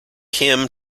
hymn